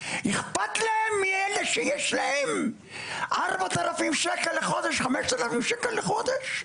איכפת להם מאלו שיש להם 4,000 ₪ לחודש או 5,000 ₪ בחודש?